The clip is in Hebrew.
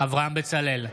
אברהם בצלאל,